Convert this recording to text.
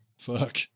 fuck